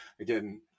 again